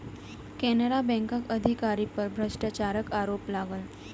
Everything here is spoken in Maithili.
केनरा बैंकक अधिकारी पर भ्रष्टाचारक आरोप लागल